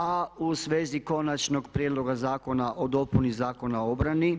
A u svezi Konačnog prijedloga zakona o dopuni Zakona o obrani